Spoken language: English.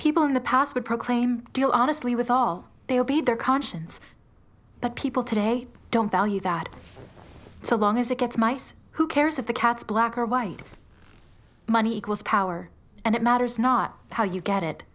people in the past would proclaim deal honestly with all they will be their conscience but people today don't value that so long as it gets mice who cares if the cats black or white money equals power and it matters not how you get it